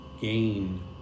gain